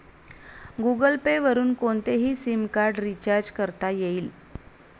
Google Pay वरुन कोणतेही SIM card recharge करता येईल